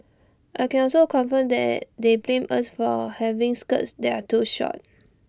I can also confirm that they blamed us for A having skirts that are too short